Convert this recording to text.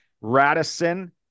Radisson